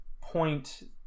point